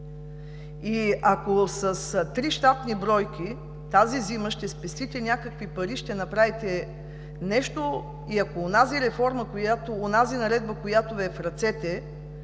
И ако с три щатни бройки тази зима ще спестите някакви пари, ще направите нещо, и ако онази наредба, която Ви е в ръцете,